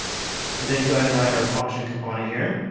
and then go ahead and write our function component here.